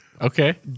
okay